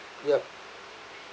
yup